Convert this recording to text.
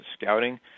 scouting